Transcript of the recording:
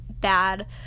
bad